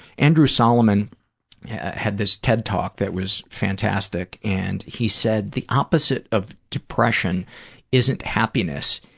andrew solomon had this ted talk that was fantastic, and he said, the opposite of depression isn't happiness.